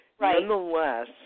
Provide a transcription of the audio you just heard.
nonetheless